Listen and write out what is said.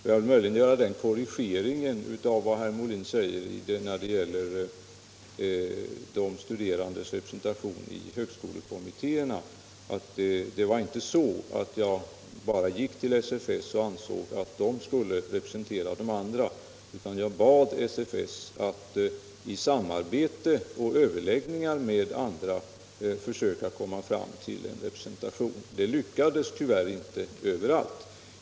Får jag möjligen göra den korrigeringen av vad herr Molin säger när det gäller de studerandes re presentation i högskolekommittéerna, att det var inte så att jag bara gick till SFS och ansåg att de skulle representera de andra, utan jag bad SFS att i samarbete och överläggningar med andra organisationer söka komma fram till en representation. Det lyckades tyvärr inte överallt.